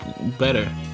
better